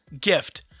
gift